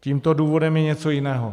Tímto důvodem je něco jiného.